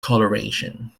coloration